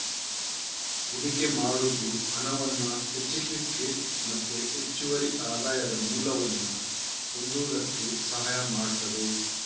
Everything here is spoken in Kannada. ಹೂಡಿಕೆ ಮಾಡುದು ಹಣವನ್ನ ಹೆಚ್ಚಿಸ್ಲಿಕ್ಕೆ ಮತ್ತೆ ಹೆಚ್ಚುವರಿ ಆದಾಯದ ಮೂಲವನ್ನ ಹೊಂದುದಕ್ಕೆ ಸಹಾಯ ಮಾಡ್ತದೆ